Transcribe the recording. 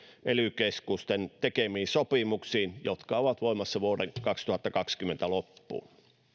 ely keskusten tekemiin sopimuksiin jotka ovat voimassa vuoden kaksituhattakaksikymmentä loppuun